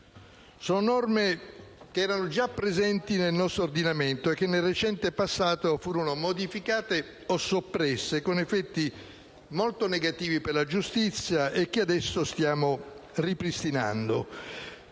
Sono norme che erano già presenti nel nostro ordinamento e che nel recente passato furono modificate o soppresse, con effetti molto negativi per la giustizia. Adesso stiamo ripristinandole.